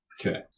Okay